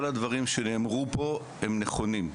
כל הדברים שנאמרו פה הם נכונים.